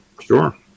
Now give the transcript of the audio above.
Sure